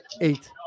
eight